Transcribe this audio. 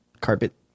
carpet